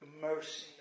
mercy